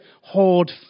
hoard